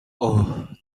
اوه